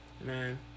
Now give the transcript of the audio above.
Man